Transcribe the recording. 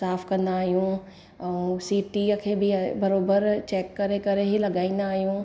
साफ़ु कंदा आहियूं ऐं सीटीअ खे बि आहे बराबरि चैक करे करे ई लॻाईंदा आहियूं